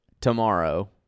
tomorrow